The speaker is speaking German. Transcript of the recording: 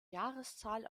jahreszahl